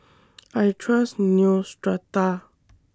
I Trust Neostrata